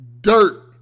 dirt